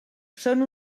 són